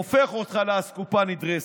הופך אותך לאסקופה נדרסת.